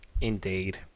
Indeed